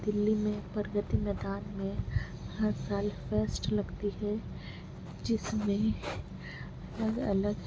دلی میں پرگتی میدان میں ہر سال فیسٹ لگتی ہے جس میں الگ الگ